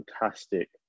fantastic